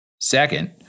Second